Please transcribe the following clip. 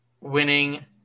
winning